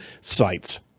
sites